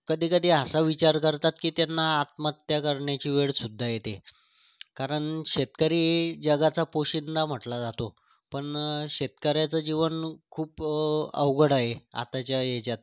कधी कधी असा विचार करतात की त्यांना आत्महत्या करण्याची वेळसुद्धा येते कारण शेतकरी जगाचा पोशिंदा म्हटला जातो पण शेतकऱ्याचं जीवन खूप अवघड आहे आताच्या याच्यात